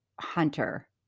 Hunter